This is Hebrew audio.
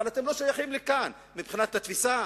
אבל אתם לא שייכים לכאן מבחינת התפיסה,